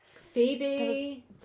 Phoebe